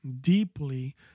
deeply